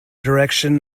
direction